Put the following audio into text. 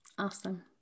Awesome